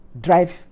drive